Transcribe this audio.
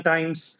Times